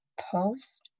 post